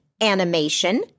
animation